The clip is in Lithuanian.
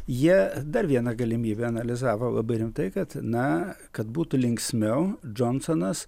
jie dar vieną galimybę analizavo labai rimtai kad na kad būtų linksmiau džonsonas